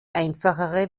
einfachere